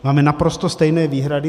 Máme naprosto stejné výhrady.